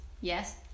yes